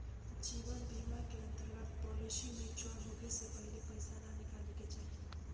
जीवन बीमा के अंतर्गत पॉलिसी मैच्योर होखे से पहिले पईसा ना निकाले के चाही